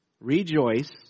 rejoice